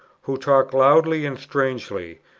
who talk loudly and strangely,